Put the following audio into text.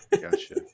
gotcha